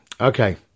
Okay